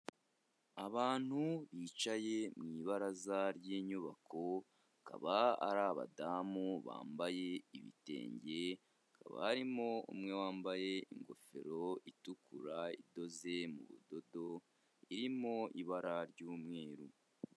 Abantu bicaye mu ibaraza ry'inyubako, bakaba ari abadamu bambaye ibitenge, hakaba harimo umwe wambaye ingofero itukura idoze mu budodo, irimo ibara ry'umweru.